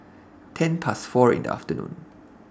ten Past four in The afternoon